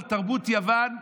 על תרבות יוון,